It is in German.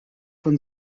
von